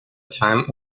time